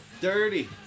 Dirty